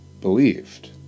believed